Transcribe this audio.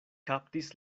kaptis